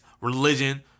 religion